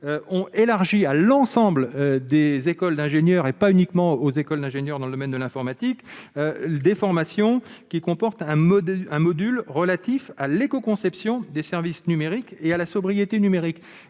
ont élargi à l'ensemble des écoles d'ingénieurs, sans la réserver aux écoles d'ingénieurs du domaine de l'informatique, l'obligation d'une formation comportant un module relatif à l'écoconception des services numériques et à la sobriété numérique.